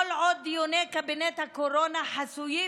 כל עוד דיוני קבינט הקורונה חסויים,